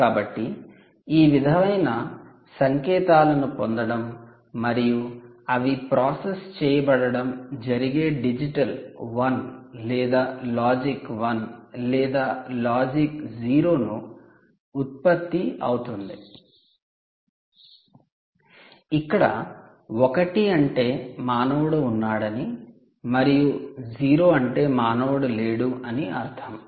కాబట్టి ఈ విధమైన సంకేతాలను పొందడం మరియు అవి ప్రాసెస్ చేయబడడం జరిగి డిజిటల్ 1 లేదా లాజిక్ 1 లేదా లాజిక్ 0 ను 'digital 1' or a 'logic 1' or a 'logic 0' ఉత్పత్తి అవుతుంది ఇక్కడ 1 అంటే మానవుడు ఉన్నాడు అని మరియు 0 అంటే మానవుడు లేడు అని అర్థం